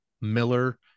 Miller